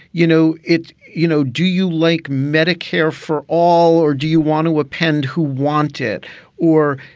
you know, it you know, do you like medicare for all or do you want to ah spend who want it or,